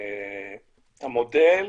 המודל